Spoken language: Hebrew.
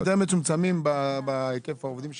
יותר מצומצמים בהיקף העובדים שלהם.